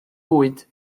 bwyd